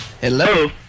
Hello